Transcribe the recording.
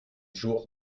jours